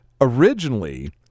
originally